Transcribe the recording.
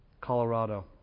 Colorado